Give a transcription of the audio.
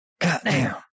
Goddamn